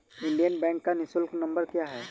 Indian bank का निःशुल्क number क्या है?